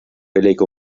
billig